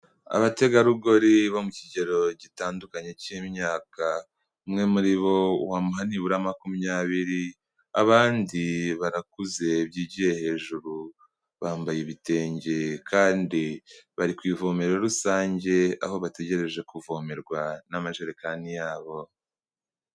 Abategarugori bo mu kigero gitandukanye cy'imyaka, umwe muri bo wamuha nibura makumyabiri, abandi barakuze byigiye hejuru, bambaye ibitenge kandi bari ku ivomero rusange, aho bategereje kuvomerwa n'amajerekani yabo.